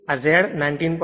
આ Z 90